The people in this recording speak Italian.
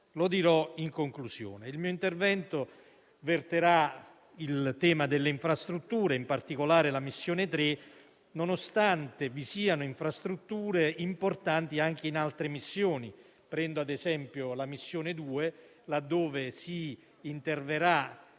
tornerò in conclusione. Il mio intervento verterà sul tema delle infrastrutture, in particolare sulla missione 3, nonostante vi siano infrastrutture importanti anche in altre missioni. Prendo ad esempio la missione 2, laddove si interverrà